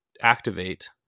activate